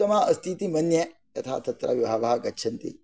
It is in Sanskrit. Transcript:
उत्तमा अस्ति इति मन्ये तथा तत्र बहवः गच्छन्ति